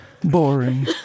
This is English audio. boring